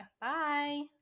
Bye